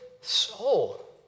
soul